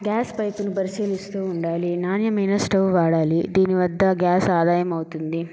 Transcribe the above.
gas pipe ను పరిశీలిస్తూ ఉండాలి నాణ్యమైన స్టవ్ వాడాలి దీనివద్ద గ్యాస్ ఆదాయమవుతుంది